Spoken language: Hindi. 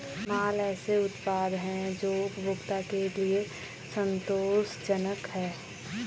माल ऐसे उत्पाद हैं जो उपभोक्ता के लिए संतोषजनक हैं